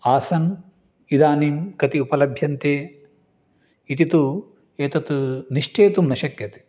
आसन् इदानीं कति उपलभ्यन्ते इति तु एतत् निश्चेतुं न शक्यते